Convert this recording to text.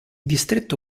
distretto